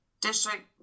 district